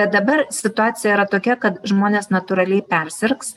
bet dabar situacija yra tokia kad žmonės natūraliai persirgs